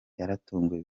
yaratunguwe